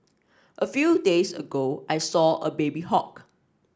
a few days ago I saw a baby hawk